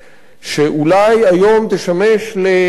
שאולי היום תשמש לאלה,